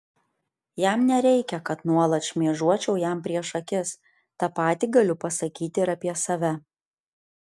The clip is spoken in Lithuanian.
jam nereikia kad nuolat šmėžuočiau jam prieš akis tą patį galiu pasakyti ir apie save